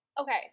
okay